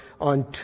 on